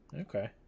okay